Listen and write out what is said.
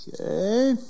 Okay